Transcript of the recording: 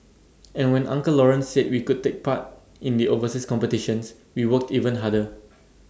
and when uncle Lawrence said we could take part in the overseas competitions we worked even harder